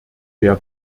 der